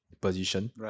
position